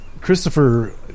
Christopher